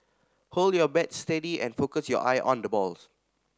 hold your bat steady and focus your eye on the balls